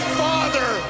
father